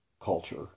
culture